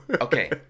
Okay